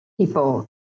people